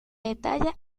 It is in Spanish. detalla